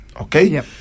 Okay